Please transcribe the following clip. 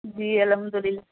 جی الحمد للہ